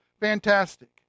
fantastic